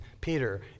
Peter